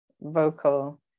vocal